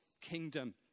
kingdom